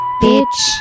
bitch